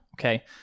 okay